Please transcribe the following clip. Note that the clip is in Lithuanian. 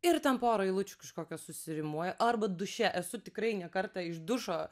ir ten pora eilučių kažkokios susirimuoja arba duše esu tikrai ne kartą iš dušo